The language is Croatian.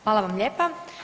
Hvala vam lijepa.